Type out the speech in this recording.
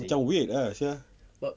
macam weird ah sia